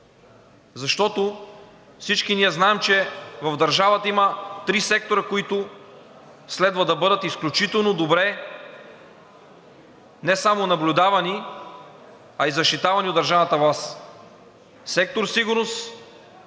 защото всички ние знаем, че в държавата има три сектора, които следва да бъдат изключително добре не само наблюдавани, а и защитавани от държавната власт – сектор „Сигурност“,